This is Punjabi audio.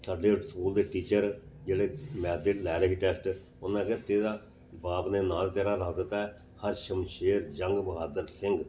ਸਾਡੇ ਸਕੂਲ ਦੇ ਟੀਚਰ ਜਿਹੜੇ ਮੈਥ ਦੇ ਲੈ ਰਹੇ ਟੈਸਟ ਉਹਨਾਂ ਨੇ ਕਿਹਾ ਤੇਰਾ ਬਾਪ ਨੇ ਨਾਂ ਤੇਰਾ ਰੱਖ ਦਿੱਤਾ ਹਰਸ਼ਮਸ਼ੇਰ ਜੰਗ ਬਹਾਦਰ ਸਿੰਘ